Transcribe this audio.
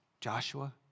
Joshua